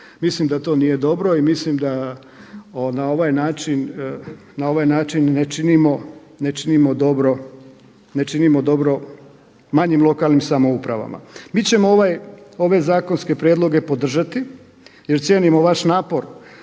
Mislim da to nije dobro i mislim da na ovaj način ne činimo dobro manjim lokalnim samoupravama. Mi ćemo ove zakonske prijedloge podržati jer cijenimo vaš napor